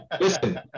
listen